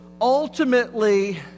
ultimately